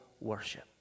worship